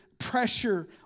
Pressure